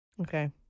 Okay